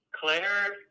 Claire